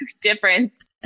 difference